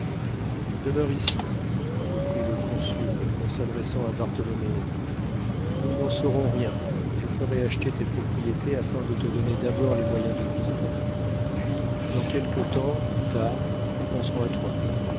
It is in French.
demeure ici reprit le consul en s'adressant à bartholoméo nous n'en saurons rien je ferai acheter tes propriétés afin de te donner d'abord les moyens de vivre puis dans quelque temps plus tard nous penserons à toi